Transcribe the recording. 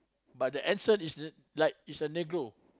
but the answer is the like it's a negro